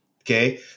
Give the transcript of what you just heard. Okay